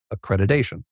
accreditation